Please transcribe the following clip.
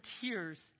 tears